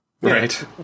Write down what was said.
Right